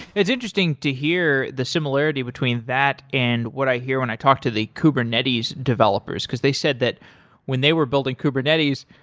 it's interesting to hear the similarity between that and what i hear when i talk to the kubernetes developers, because they said that when they were building kubernetes,